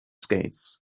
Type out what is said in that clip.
skates